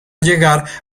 llegar